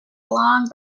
long